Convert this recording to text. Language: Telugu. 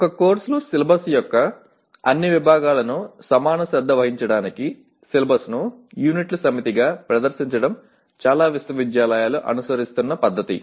ఒక కోర్సులో సిలబస్ యొక్క అన్ని విభాగాలకు సమాన శ్రద్ధ వహించడానికి సిలబస్ను యూనిట్ల సమితిగా ప్రదర్శించడం చాలా విశ్వవిద్యాలయాలు అనుసరిస్తున్న పద్ధతి